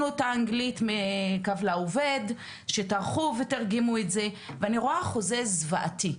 ואני רואה חוזה זוועתי.